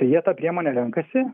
jie tą priemonę renkasi